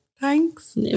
Thanks